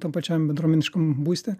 tam pačiam bendruomeniškam būste